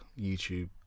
YouTube